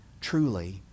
truly